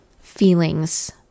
feelings